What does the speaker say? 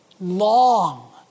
long